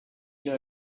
know